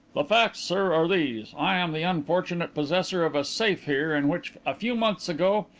the facts, sir, are these i am the unfortunate possessor of a safe here, in which, a few months ago,